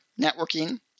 networking